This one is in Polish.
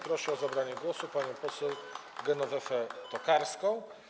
Proszę o zabranie głosu panią poseł Genowefę Tokarską.